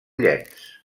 llenç